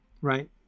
right